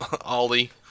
Ollie